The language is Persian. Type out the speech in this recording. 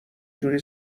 جوری